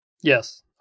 Yes